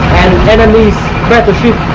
enemies battle ship